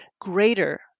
greater